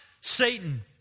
Satan